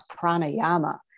pranayama